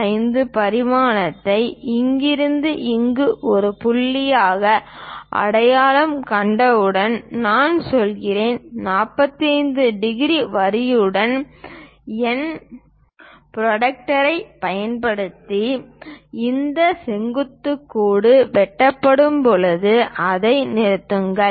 5 பரிமாணத்தை இங்கிருந்து இங்கிருந்து ஒரு புள்ளியாக அடையாளம் கண்டவுடன் நான் செல்கிறேன் 45 டிகிரி வரியுடன் என் ப்ரொடெக்டரைப் பயன்படுத்தி இந்த செங்குத்து கோடு வெட்டும் போது அதை நிறுத்துங்கள்